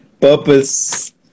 purpose